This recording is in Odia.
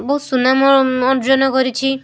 ବହୁ ସୁନାମ ଅର୍ଜନ କରିଛି